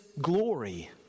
glory